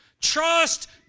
Trust